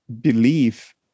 belief